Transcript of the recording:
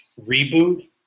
reboot